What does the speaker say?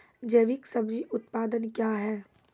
जैविक सब्जी उत्पादन क्या हैं?